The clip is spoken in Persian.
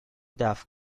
دفع